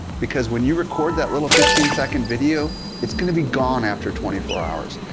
because when you record that little fifteen second video it's gonna be gone after twenty four hours,